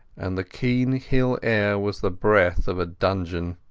and the keen hill air was the breath of a dungeon.